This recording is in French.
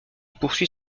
poursuit